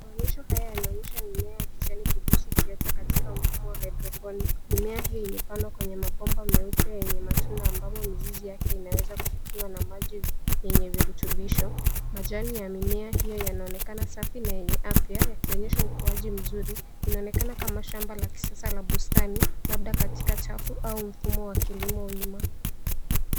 Maonyesho haya yanaonyesha mimea ya kijani kibichi ikiota katika mfumo wa hydroponic . Mimea hii imepandwa kwenye mabomba meupe yenye matunda ambamo mizizi yake inaweza kufikiwa na maji yenye virutubisho. Majani ya mimea hiyo yanaonekana safi na yenye afya yakionyesha ukuaji mzuri. Inaonekana kama shamba la kisasa la bustani, labda katika chafu au mfumo wa kilimo wima.